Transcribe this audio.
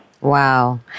Wow